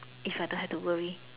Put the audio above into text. if I don't have to worry